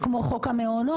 כמו חוק המעונות,